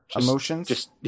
emotions